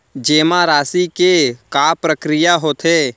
जेमा राशि के का प्रक्रिया होथे?